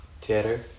theater